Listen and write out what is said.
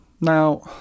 Now